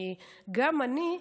כי גם אני,